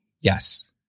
Yes